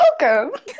welcome